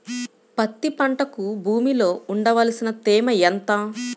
పత్తి పంటకు భూమిలో ఉండవలసిన తేమ ఎంత?